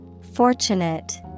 Fortunate